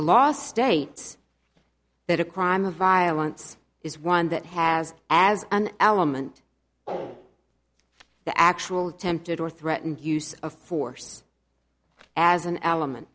law states that a crime of violence is one that has as an element of the actual tempted or threatened use of force as an element